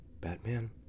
Batman